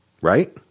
right